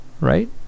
right